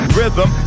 Rhythm